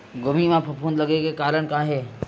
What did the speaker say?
गोभी म फफूंद लगे के का कारण हे?